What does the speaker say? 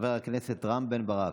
חבר הכנסת רם בן ברק,